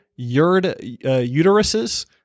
uteruses